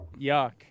Yuck